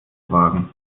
wagen